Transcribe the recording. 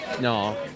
No